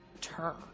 turn